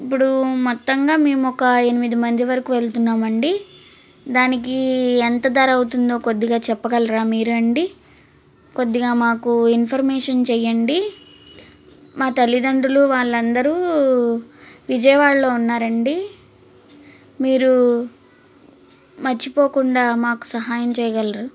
ఇప్పుడు మొత్తంగా మేము ఒక ఎనిమిది మంది వరకు వెళ్తున్నాం అండి దానికి ఎంత ధర అవుతుందో కొద్దిగా చెప్పగలరా మీరు అండి కొద్దిగా మాకు ఇన్ఫర్మేషన్ చేయండి మా తల్లిదండ్రులు వాళ్ళందరు విజయవాడలో ఉన్నారండి మీరు మర్చిపోకుండా మాకు సహాయం చేయగలరు